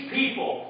people